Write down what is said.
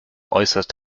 äußerst